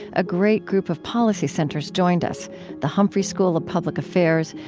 a great group of policy centers joined us the humphrey school of public affairs,